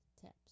tips